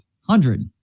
Hundred